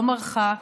לא מרחה,